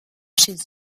chez